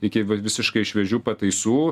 iki visiškai šviežių pataisų